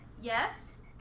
yes